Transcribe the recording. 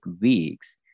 weeks